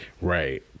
Right